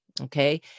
Okay